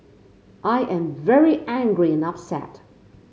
I am very angry and upset